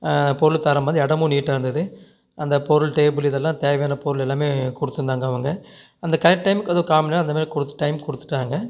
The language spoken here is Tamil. பொருள் தரமாக அந்த இடமும் நீட்டாக இருந்துது அந்த பொருள் டேபிள் இதெல்லாம் தேவையான பொருள் எல்லாமே கொடுத்துருந்தாங்க அவங்க அந்த கரெட் டைம் ஏதோ கா மண்நேரம் அந்தமாதிரி கொடுத்த டைம் கொடுத்துட்டாங்க